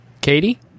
Katie